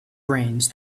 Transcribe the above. brains